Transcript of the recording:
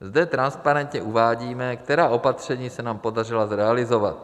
Zde transparentně uvádíme, která opatření se nám podařila zrealizovat.